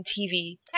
TV